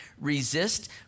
Resist